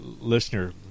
listener